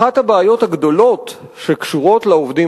אחת הבעיות הגדולות שקשורות לעובדים